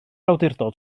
awdurdod